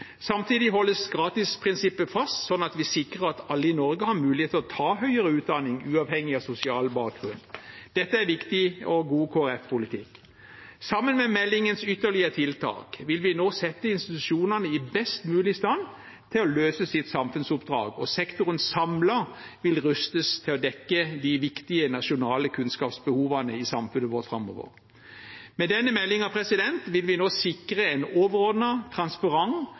Samtidig holdes gratisprinsippet fast, slik at vi sikrer at alle i Norge har mulighet til å ta høyere utdanning uavhengig av sosial bakgrunn. Dette er viktig og god Kristelig Folkeparti-politikk. Sammen med meldingens ytterligere tiltak vil vi nå sette institusjonene i best mulig stand til å løse sitt samfunnsoppdrag, og sektoren samlet vil rustes til å dekke de viktige nasjonale kunnskapsbehovene i samfunnet vårt framover. Med denne meldingen vil vi nå sikre en